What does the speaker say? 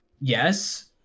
yes